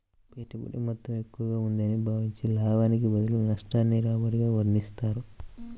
పెట్టుబడి మొత్తం ఎక్కువగా ఉందని భావించి, లాభానికి బదులు నష్టాన్ని రాబడిగా వర్ణిస్తారు